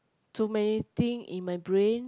too many thing in my brain